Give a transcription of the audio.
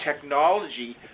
technology